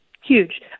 Huge